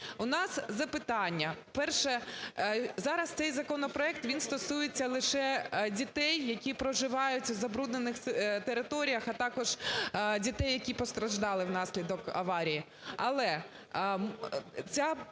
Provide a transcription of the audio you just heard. У нас запитання, перше, зараз цей законопроект, він стосується лише дітей, які проживають в забруднених територіях, а також дітей, які постраждали внаслідок аварії. Але ця